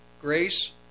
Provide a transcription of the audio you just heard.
grace